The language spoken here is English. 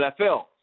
NFL